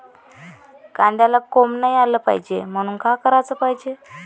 कांद्याला कोंब नाई आलं पायजे म्हनून का कराच पायजे?